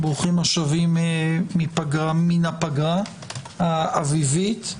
ברוכים השבים מהפגרה האביבית.